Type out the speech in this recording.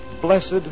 Blessed